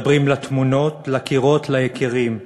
מדברים לתמונות, לקירות, ליקירים,